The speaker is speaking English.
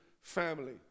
family